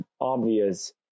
obvious